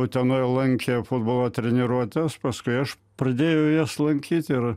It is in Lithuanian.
utenoj lankė futbolo treniruotes paskui aš pradėjau jas lankyt ir